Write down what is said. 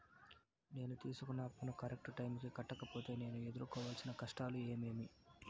నేను తీసుకున్న అప్పును కరెక్టు టైముకి కట్టకపోతే నేను ఎదురుకోవాల్సిన కష్టాలు ఏమీమి?